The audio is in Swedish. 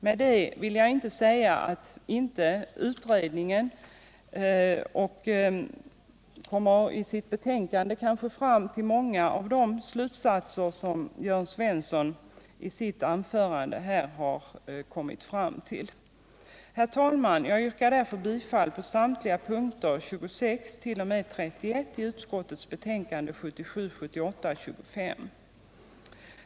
Med detta vill jag inte säga att utredningen inte i sitt betänkande kanske kommer fram till många av de slutsatser som Jörn Svensson i sitt anförande här kommit fram till. Herr talman! Jag yrkar därför bifall till utskottets hemställan under punkterna 26-31 i utskottsbetänkandet 1977/78:25.